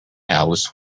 alice